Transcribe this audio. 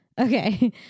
Okay